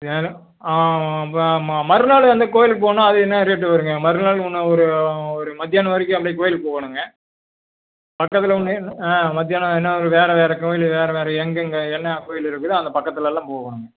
சரி அப்புறோம் ம மறுநாள் அந்த கோயிலுக்கு போகணும் அது என்ன ரேட்டு வருங்க மறுநாள் இன்னும் ஒரு ஒரு மத்தியானம் வரைக்கும் அப்படியே கோயிலுக்கு போகணுங்க பக்கத்தில் ஒன்று ஆ மத்தியானம் வேணா வேறு வேறு கோயில் வேறு வேறு எங்கெங்க என்ன கோயில் இருக்குதோ அந்த பக்கத்தில் எல்லாம் போகணுங்க